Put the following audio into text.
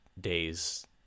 days